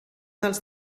dels